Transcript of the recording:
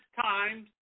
times